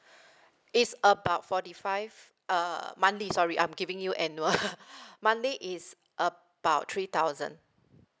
it's about forty five uh monthly sorry I'm giving you annual monthly is about three thousand